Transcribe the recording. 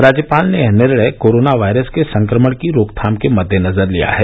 राज्यपाल ने यह निर्णय कोरोना वायरस के संक्रमण की रोकथाम के मददेनजर लिया है